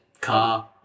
car